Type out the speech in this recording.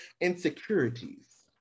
insecurities